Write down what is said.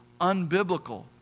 unbiblical